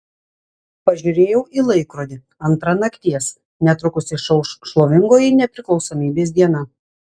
pažiūrėjau į laikrodį antra nakties netrukus išauš šlovingoji nepriklausomybės diena